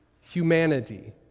humanity